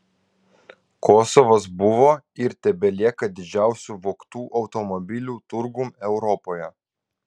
kosovas buvo ir tebelieka didžiausiu vogtų automobilių turgum europoje